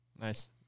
Nice